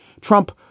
Trump